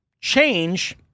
change